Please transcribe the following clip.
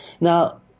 Now